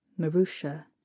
Marusha